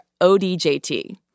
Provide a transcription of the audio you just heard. ODJT